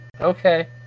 okay